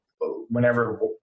whenever